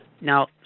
Now